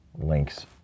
links